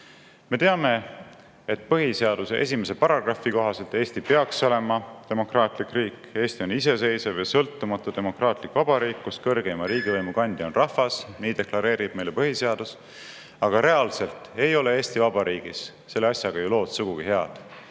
Me teame, et põhiseaduse esimese paragrahvi kohaselt Eesti peaks olema demokraatlik riik. "Eesti on iseseisev ja sõltumatu demokraatlik vabariik, kus kõrgeima riigivõimu kandja on rahvas," deklareerib meile põhiseadus. Aga reaalselt ei ole Eesti Vabariigis selle asjaga lood sugugi head.